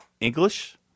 English